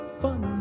fun